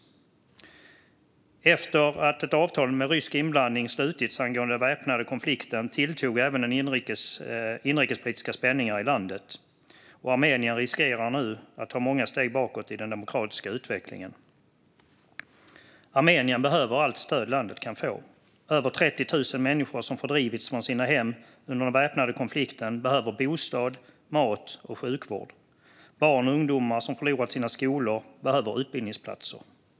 Efter att ett avtal med rysk inblandning slutits angående den väpnade konflikten tilltog även inrikespolitiska spänningar i landet, och Armenien riskerar nu att ta många steg bakåt i den demokratiska utvecklingen. Armenien behöver allt stöd landet kan få. Över 30 000 människor som fördrivits från sina hem under den väpnade konflikten behöver bostad, mat och sjukvård. Barn och ungdomar som förlorat sina skolor behöver utbildningsplatser.